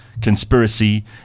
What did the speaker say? conspiracy